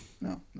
No